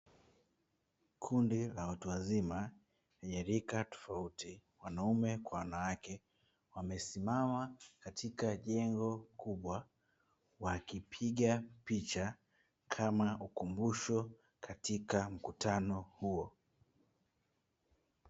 Kundi la watu wazima lenye rika tofauti wanaume kwa wanawake wamesimama katika jengo kubwa wakipiga picha kama ukumbusho katika mkutano huo.